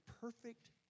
perfect